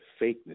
fakeness